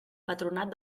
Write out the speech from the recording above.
patronat